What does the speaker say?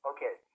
Okay